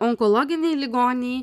onkologiniai ligoniai